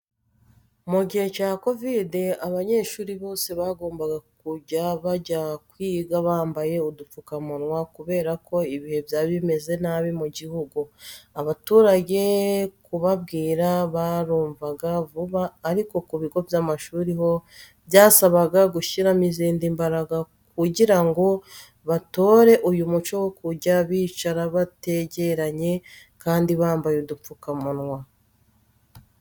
Mu gihe cya kovide abanyeshuri bose bagombaga kujya bajya kwiga bambaye udupfukamunwa kubera ko ibihe byari bimeze nabi mu gihugu. Abaturage kubabwira barumvaga vuba ariko ku bigo by'amashuri ho byasabaga gushyiramo izindi mbaraga kugira ngo batore uyu muco wo kujya bicara bategeranye kandi bambaye udupfukamunwa.